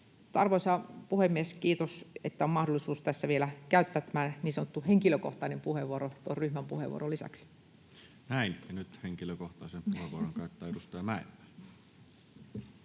Arvoisa puhemies! Kiitos, että on mahdollisuus tässä vielä käyttää tämä niin sanottu henkilökohtainen puheenvuoro tuon ryhmän puheenvuoron lisäksi. [Speech 128] Speaker: Toinen varapuhemies Juho